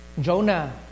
Jonah